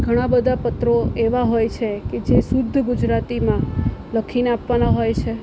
ઘણા બધા પત્રો એવા હોય છે કે જે શુદ્ધ ગુજરાતીમાં લખીને આપવાના હોય છે